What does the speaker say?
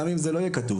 גם אם זה לא יהיה כתוב.